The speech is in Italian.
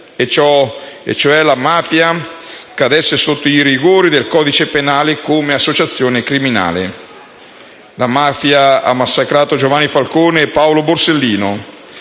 che la mafia cadesse sotto i rigori del codice penale, come associazione criminale. La mafia ha massacrato Giovanni Falcone e Paolo Borsellino,